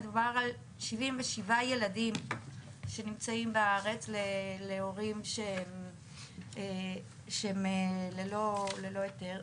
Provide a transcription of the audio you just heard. מדובר על 77 ילדים שנמצאים בארץ להורים שהם ללא אשרה.